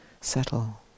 settle